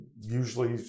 usually